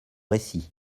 récit